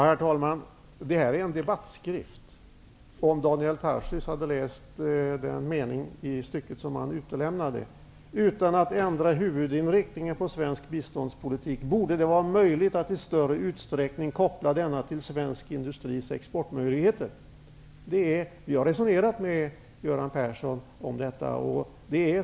Herr talman! Det här är en debattskrift. Daniel Tarschys utelämnade en mening i det stycke han läste upp. Där står följande: Utan att ändra huvudinriktningen på svensk biståndspolitik borde det vara möjligt att i större utsträckning koppla denna till svensk industris exportmöjligheter. Vi har resonerat med Göran Persson om detta.